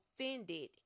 offended